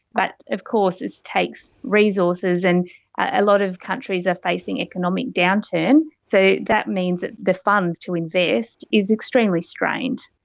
but of course this takes resources, and a lot of countries are facing economic downturn, so that means that the funds to invest is extremely strained.